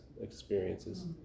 experiences